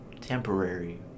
temporary